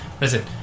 Listen